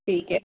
ठीक है